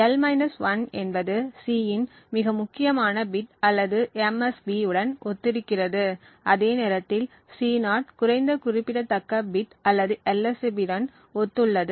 l 1 என்பது C இன் மிக முக்கியமான பிட் அல்லது MSB உடன் ஒத்திருக்கிறது அதே நேரத்தில் C0 குறைந்த குறிப்பிடத்தக்க பிட் அல்லது LSB உடன் ஒத்துள்ளது